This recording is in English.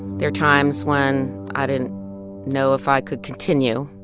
there are times when i didn't know if i could continue.